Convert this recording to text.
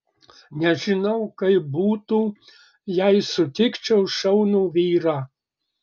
nežinau kaip būtų jei sutikčiau šaunų vyrą